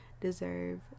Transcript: deserve